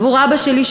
עבור אבא שלי,